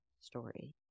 story